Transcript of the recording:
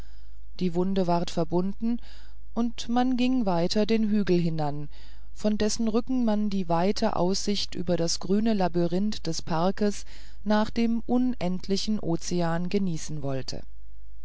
die wunde ward verbunden und man ging weiter den hügel hinan von dessen rücken man die weite aussicht über das grüne labyrinth des parkes nach dem unermeßlichen ozean genießen wollte